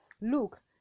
Look